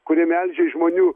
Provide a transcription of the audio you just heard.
kurie melžia iš žmonių